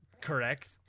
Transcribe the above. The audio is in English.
correct